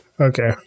Okay